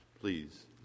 Please